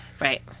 right